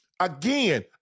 Again